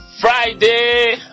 Friday